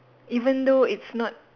even though it's not